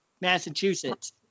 Massachusetts